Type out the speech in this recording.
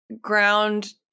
ground